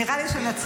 נראה לי שנצליח.